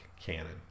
canon